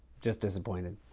just disappointed.